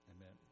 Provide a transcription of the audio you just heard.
Amen